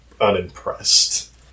unimpressed